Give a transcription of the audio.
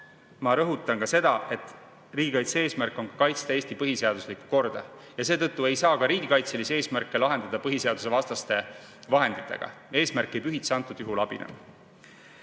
ma rõhutan ka seda, et riigikaitse eesmärk on kaitsta Eesti põhiseaduslikku korda. Seetõttu ei saa riigikaitselisi eesmärke [saavutada] põhiseadusvastaste vahenditega. Eesmärk ei pühitse antud juhul abinõu.